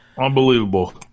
Unbelievable